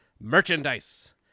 Merchandise